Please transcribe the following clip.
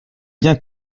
bien